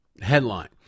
Headline